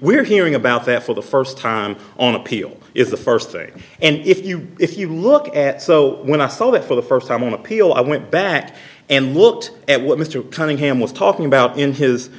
we're hearing about that for the first time on appeal is the first thing and if you if you look at so when i saw it for the first time on appeal i went back and looked at what mr cunningham was talking about in his